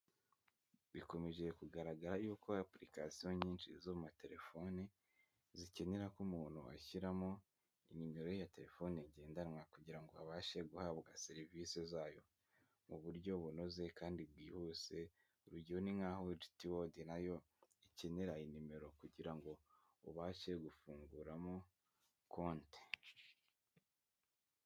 Bikomeje kugaragara yuko application nyinshi z'amatelefone zikenera ko umuntu ashyiramo inimero ya telefone ngendanwa kugira ngo abashe guhabwa serivisi zayo mu buryo bunoze kandi bwihuse ,urugero ni nkaho GTworld nayo ikenera inimero kugira ngo ubashe gufunguramo konti.